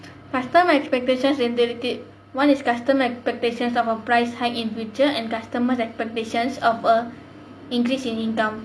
customer expectations in indelicate one is customer expectation of a price hike in future and customers' expectations of a increase in income